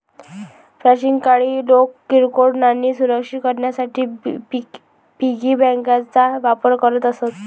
प्राचीन काळी लोक किरकोळ नाणी सुरक्षित करण्यासाठी पिगी बँकांचा वापर करत असत